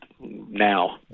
now